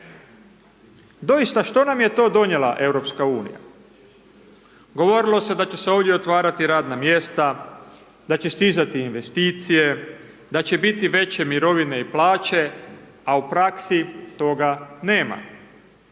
Doista, što nam je to donijela Europska unija? Govorilo se da će se ovdje otvarati radna mjesta, da će stizati investicije, da će biti veće mirovine i plaće, a u praksi toga nema.